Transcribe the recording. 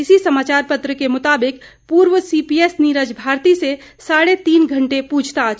इसी समाचार पत्र के मुताबिक पूर्व सीपीएस नीरज भारती से साढ़े तीन घंटे पूछताछ